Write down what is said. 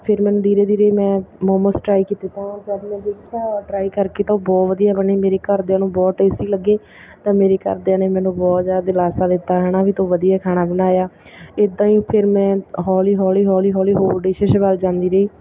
ਫਿਰ ਮੈਨੂੰ ਧੀਰੇ ਧੀਰੇ ਮੈਂ ਮੋਮੋਸ ਟਰਾਈ ਕੀਤੇ ਤਾਂ ਜਦੋਂ ਮੈਂ ਦੇਖਿਆ ਟਰਾਈ ਕਰਕੇ ਤਾਂ ਉਹ ਬਹੁਤ ਵਧੀਆ ਬਣੇ ਮੇਰੇ ਘਰਦਿਆਂ ਨੂੰ ਬਹੁਤ ਟੇਸਟੀ ਲੱਗੇ ਤਾਂ ਉਹ ਮੇਰੇ ਘਰਦਿਆਂ ਨੇ ਮੈਨੂੰ ਬਹੁਤ ਜ਼ਿਆਦਾ ਦਿਲਾਸਾ ਦਿੱਤਾ ਹੈ ਨਾ ਵੀ ਤੂੰ ਵਧੀਆ ਖਾਣਾ ਬਣਾਇਆ ਇੱਦਾਂ ਹੀ ਫਿਰ ਮੈਂ ਹੌਲੀ ਹੌਲੀ ਹੌਲੀ ਹੌਲੀ ਹੋਰ ਡਿਸ਼ਿਜ਼ ਵੱਲ ਜਾਂਦੀ ਰਹੀ